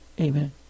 amen